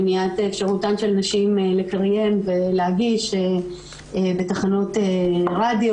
מניעת אפשרותן של נשים לקריין ולהגיש בתחנות רדיו.